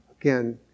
Again